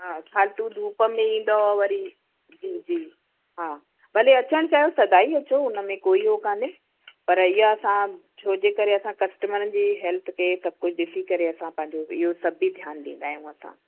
हा फ़ालतू धूप में ईंदव वरी जी जी हा भले अचणु चाहियो सदा ई अचो उन में कोई हो कोन्हे पर इहा असां छो जे करे असां कस्टमरनि जी हेल्थ खे सभु कुझु ॾिसी करे असां पंहिंजो इहो सभु बि ध्यानु ॾींदा आहियूं असां